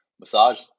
massage